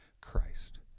Christ